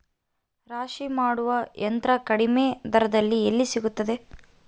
ರಾಶಿ ಮಾಡುವ ಯಂತ್ರ ಕಡಿಮೆ ದರದಲ್ಲಿ ಎಲ್ಲಿ ಸಿಗುತ್ತದೆ?